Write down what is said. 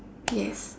yes